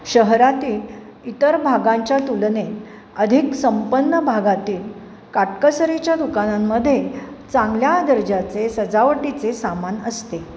शहरातील इतर भागांच्या तुलनेत अधिक संपन्न भागातील काटकसरीच्या दुकानांमध्ये चांगल्या दर्जाचे सजावटीचे सामान असते